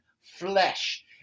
flesh